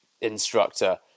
instructor